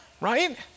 right